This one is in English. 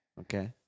Okay